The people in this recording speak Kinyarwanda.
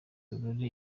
aurore